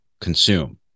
consume